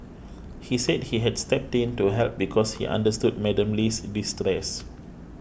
he said he had stepped in to help because he understood Madam Lee's distress